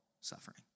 suffering